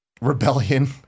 Rebellion